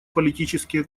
политические